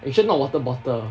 you sure not water bottle